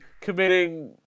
committing